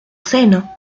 seno